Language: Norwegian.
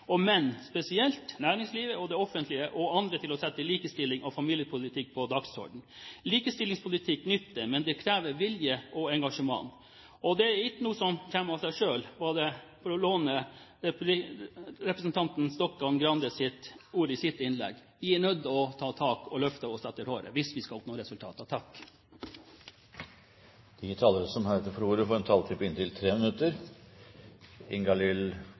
og menn spesielt, næringslivet, det offentlige og andre til å sette likestillings- og familiepolitikk på dagsordenen. Likestillingspolitikk nytter, men det krever vilje og engasjement. Og «Det e itjnå som kjem tå sæ sjøl», for å låne ordene fra representanten Stokkan-Grandes innlegg. Vi er nødt til å ta tak og løfte oss etter håret hvis vi skal oppnå resultater. De talere som heretter får ordet, har en taletid på inntil 3 minutter.